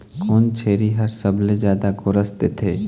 कोन छेरी हर सबले जादा गोरस देथे?